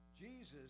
Jesus